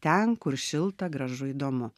ten kur šilta gražu įdomu